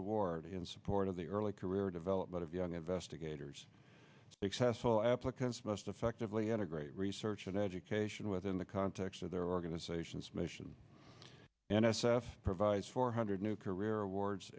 award in support of the early career development of young investigators excess all applicants must effectively integrate research and education within the context of their organizations mission n s f provides four hundred new career awards